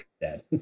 dead